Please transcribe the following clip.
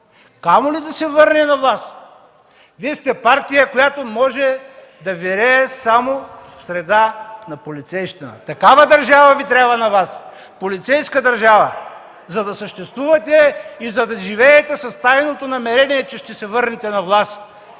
камо ли да се върне на власт. Вие сте партия, която може да вирее само в среда на полицейщина. Такава държава Ви трябва на Вас – полицейска държава, за да съществувате и да живеете с тайното намерение, че ще се върнете на власт.